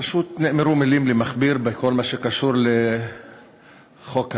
פשוט נאמרו מילים למכביר בכל מה שקשור לחוק הלאום,